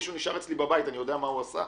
מישהו נשאר אצלי בבית, אני יודע מה הוא עשה?